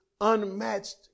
unmatched